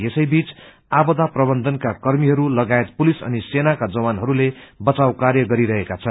यसैबीच आपदा प्रबन्धनका कर्मीहरू लगायत पुलिस अनि सेनाका जवानहरूले बचाव कार्य गरिरहेका छन्